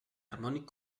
harmònic